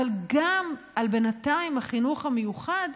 אבל גם בינתיים על החינוך המיוחד,